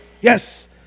Yes